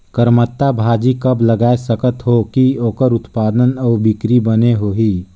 करमत्ता भाजी कब लगाय सकत हो कि ओकर उत्पादन अउ बिक्री बने होही?